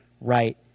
right